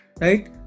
Right